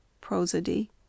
prosody